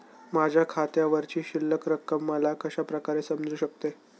माझ्या खात्यावरची शिल्लक रक्कम मला कशा प्रकारे समजू शकते?